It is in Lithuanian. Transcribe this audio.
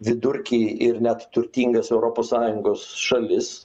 vidurkį ir net turtingas europos sąjungos šalis